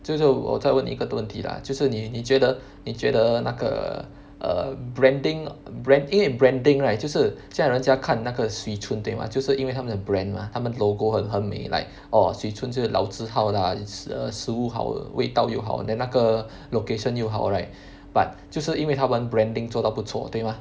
这就我再问你一个问题 lah 就是你你觉得你觉得那个 err branding brand A and branding right 就是现在人家看那个 Swee-Choon 对 mah 就是因为他们的 brand mah 他们 logo 很很美 like orh Swee Choon 这个老字号 lah 吃 err 食物好味道又好 then 那个 location 又好 right but 就是因为他们 branding 做得不错对 mah